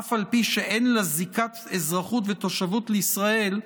אף על פי שאין לה זיקת אזרחות ותושבות לישראל,